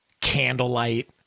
candlelight